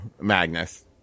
Magnus